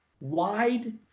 wide